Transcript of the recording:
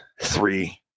three